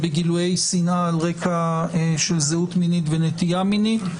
ובגילויי שנאה על רקע של זהות מינית ונטייה מינית.